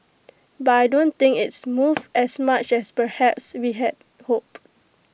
but I don't think it's moved as much as perhaps we had hoped